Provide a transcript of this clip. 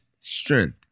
strength